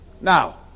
Now